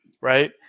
right